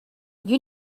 you